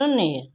शून्य